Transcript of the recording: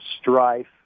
strife